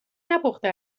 نپخته